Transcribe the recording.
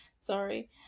Sorry